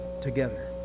together